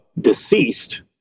deceased